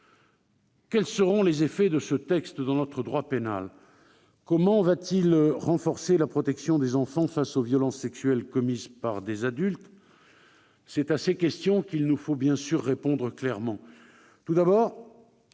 Quels seront les effets de ce texte dans notre droit pénal ? Comment renforcera-t-il la protection des enfants face aux violences sexuelles commises par des adultes ? C'est à ces questions qu'il nous faut répondre clairement. Tout d'abord,